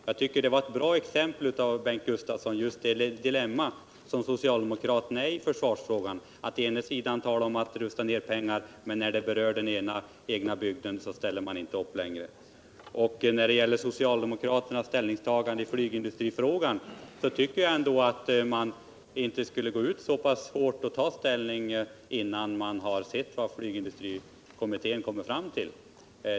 Jag tycker att det var ett bra exempel på socialdemokraternas dile:nma i försvarsfrågan. Man talar om att rusta ner, men när nedrustningen berör den egna bygden ställer man inte upp längre. : När det gäller socialdemokraternas ställningstagande i flygindustrifrågan tycker jag att man inte borde gå ut så pass hårt och ta ställning innan man har sett vad flygindustrikommittén kommer fram till.